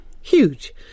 huge